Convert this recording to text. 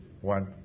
One